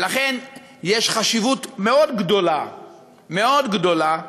ולכן יש חשיבות גדולה מאוד, גדולה מאוד,